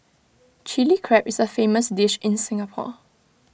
Chilli Crab is A famous dish in Singapore